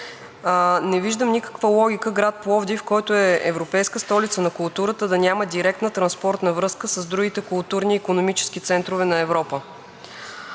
Не виждам никаква логика град Пловдив, който е европейска столица на културата, да няма директна транспортна свързаност с другите културни и икономически центрове на Европа.